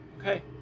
Okay